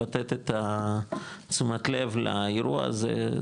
לתת את תשומת הלב לאירוע הזה,